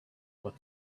what